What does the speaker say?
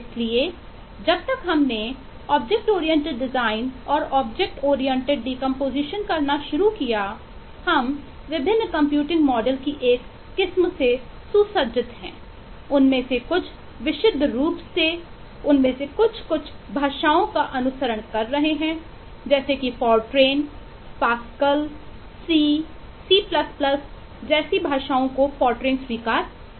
इसलिए जब तक हमने ऑब्जेक्ट ओरिएंटेड डिज़ाइन करना शुरू किया हम विभिन्न कंप्यूटिंग मॉडल स्वीकार करता हैं